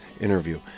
interview